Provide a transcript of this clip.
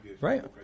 right